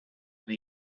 and